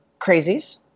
crazies